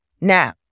Now